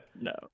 no